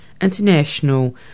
international